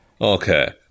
Okay